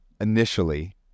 initially